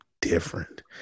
Different